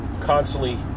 constantly